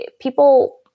people